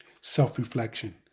Self-reflection